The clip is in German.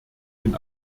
den